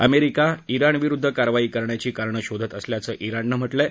America जिण विरुद्ध कारवाई करण्याची कारणं शोधत असल्याचं जिणनं म्हटलं आहे